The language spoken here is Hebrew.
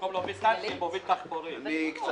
10:15.